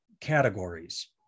categories